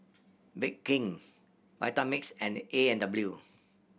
Bake King Vitamix and A and W